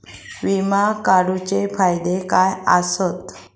विमा काढूचे फायदे काय आसत?